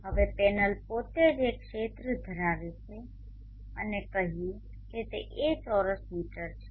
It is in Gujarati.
હવે પેનલ પોતે જ એક ક્ષેત્ર ધરાવે છે અને ચાલો કહીએ કે તે A ચોરસ મીટર છે